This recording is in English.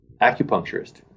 acupuncturist